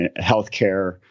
healthcare